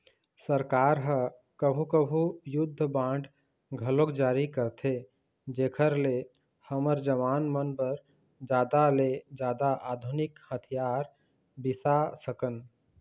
सरकार ह कभू कभू युद्ध बांड घलोक जारी करथे जेखर ले हमर जवान मन बर जादा ले जादा आधुनिक हथियार बिसा सकन